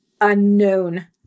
unknown